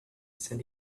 said